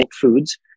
foods